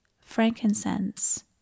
frankincense